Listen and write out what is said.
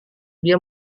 dia